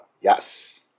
Yes